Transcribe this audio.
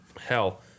Hell